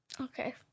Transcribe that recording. Okay